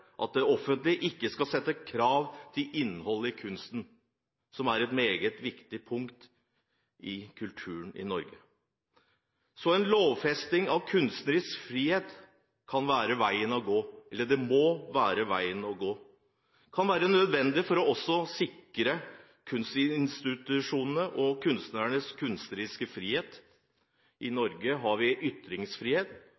at det offentlige ikke skal sette krav til innholdet i kunsten, som er et meget viktig punkt i kulturen i Norge. Så en lovfesting av kunstnerisk frihet må være veien å gå. Det kan være nødvendig også for å sikre kunstinstitusjonenes og kunstnernes kunstneriske frihet. I